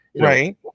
Right